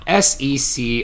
sec